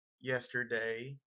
yesterday